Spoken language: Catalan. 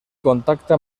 contacte